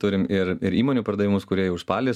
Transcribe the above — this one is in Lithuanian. turim ir ir įmonių pardavimus kurie jau ir spalį